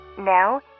Now